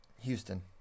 Houston